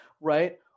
right